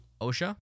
Osha